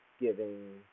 giving